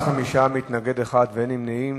בעד, 5, מתנגד אחד ואין נמנעים.